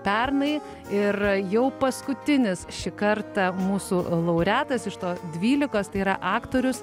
pernai ir jau paskutinis šį kartą mūsų laureatas iš to dvylikos tai yra aktorius